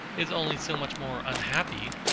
is only so much more unhappy,